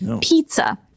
pizza